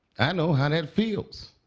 i know how that feels.